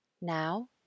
Now